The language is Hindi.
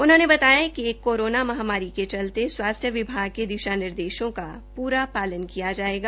उनहोंने कहा कि कोरोना महामारी के चलते स्वास्थ्य विभाग के दिशा निर्देश का पूरा पालन किया जायेगा